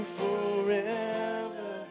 forever